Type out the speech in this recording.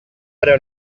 però